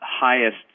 highest